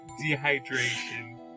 dehydration